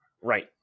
Right